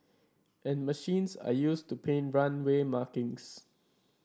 and machines are used to paint runway markings